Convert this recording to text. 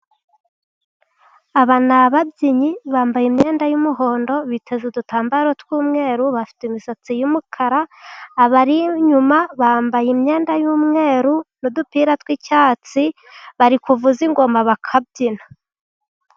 Aba ni ababyinnyi bambaye imyenda y'umuhondo, biteza udutambaro tw'umweru, bafite imisatsi yumukara, abari inyuma bambaye imyenda y'umweru, n'udupira tw'icyatsi, bari kuvuza ingoma bakabyina.